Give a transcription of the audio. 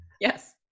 yes